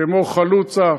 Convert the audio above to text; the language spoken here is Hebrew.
כמו חלוצה,